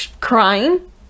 crying